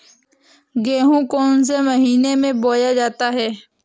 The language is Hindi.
गेहूँ कौन से महीने में बोया जाता है?